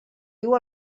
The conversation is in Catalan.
diu